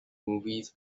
movies